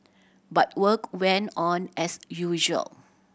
but work went on as usual